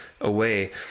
away